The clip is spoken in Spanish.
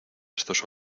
estos